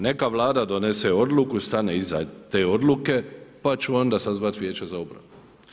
Neka Vlada donese odluku, stane iza te odluke pa ću onda sazvati Vijeće za obranu.